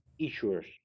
issuers